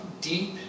deep